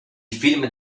film